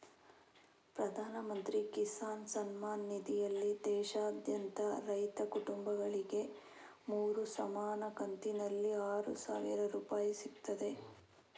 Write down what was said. ಪ್ರಧಾನ ಮಂತ್ರಿ ಕಿಸಾನ್ ಸಮ್ಮಾನ್ ನಿಧಿನಲ್ಲಿ ದೇಶಾದ್ಯಂತ ರೈತ ಕುಟುಂಬಗಳಿಗೆ ಮೂರು ಸಮಾನ ಕಂತಿನಲ್ಲಿ ಆರು ಸಾವಿರ ರೂಪಾಯಿ ಸಿಗ್ತದೆ